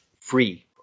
free